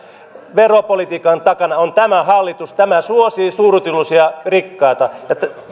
veropolitiikan takana on tämä hallitus tämä suosii suurituloisia ja rikkaita